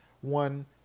One